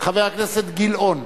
חבר הכנסת גילאון.